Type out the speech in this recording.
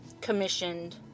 commissioned